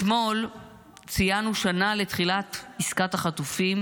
אתמול ציינו שנה לתחילת עסקת החטופים.